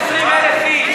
220,000 איש.